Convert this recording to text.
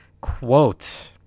Quote